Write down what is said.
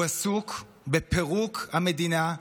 הוא עסוק בפירוק המדינה,